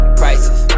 prices